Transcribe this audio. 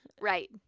Right